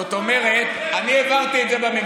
זאת אומרת, אני העברתי את זה בממשלה.